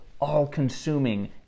all-consuming